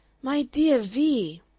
my dear vee!